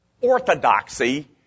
orthodoxy